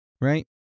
right